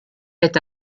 est